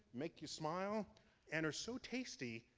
make you smile and are so tasty,